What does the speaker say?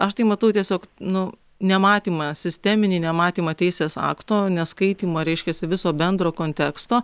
aš tai matau tiesiog nu nematymą sisteminį nematymą teisės akto neskaitymą reiškiasi viso bendro konteksto